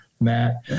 matt